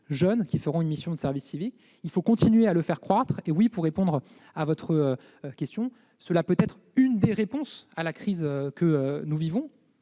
jeunes feront une mission de service civique. Il faut continuer de le faire croître et, pour répondre à votre question, cela peut constituer l'une des réponses à la crise que nous vivons,